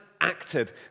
acted